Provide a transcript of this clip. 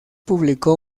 publicó